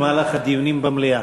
במהלך הדיונים במליאה,